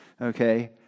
okay